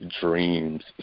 dreams